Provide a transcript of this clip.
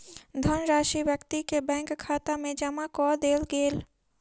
धनराशि व्यक्ति के बैंक खाता में जमा कअ देल गेल